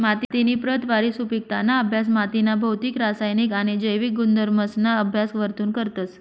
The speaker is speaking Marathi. मातीनी प्रतवारी, सुपिकताना अभ्यास मातीना भौतिक, रासायनिक आणि जैविक गुणधर्मसना अभ्यास वरथून करतस